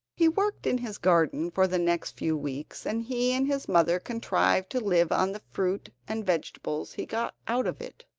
he worked in his garden for the next few weeks, and he and his mother contrived to live on the fruit and vegetables he got out of it,